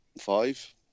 Five